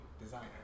designer